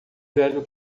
velho